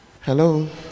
hello